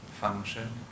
function